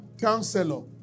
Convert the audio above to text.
Counselor